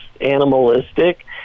animalistic